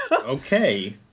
Okay